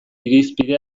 irizpide